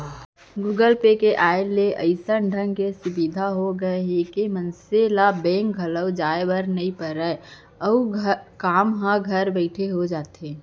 Google Pay के आय ले अइसन ढंग के सुभीता हो गए हे के मनसे ल बेंक घलौ जाए बर नइ परय अउ काम ह घर बइठे हो जाथे